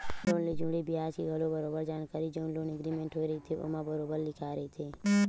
loan ले जुड़े बियाज के घलो बरोबर जानकारी जउन लोन एग्रीमेंट होय रहिथे ओमा बरोबर लिखाए रहिथे